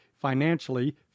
financially